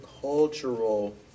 cultural